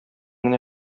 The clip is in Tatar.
генә